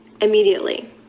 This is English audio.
immediately